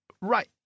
Right